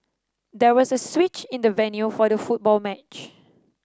there was a switch in the venue for the football match